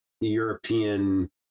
European